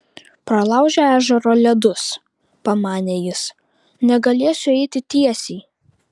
pralaužė ežero ledus pamanė jis negalėsiu eiti tiesiai